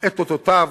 את אותותיו,